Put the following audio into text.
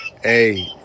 Hey